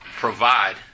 Provide